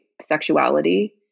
sexuality